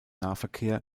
nahverkehr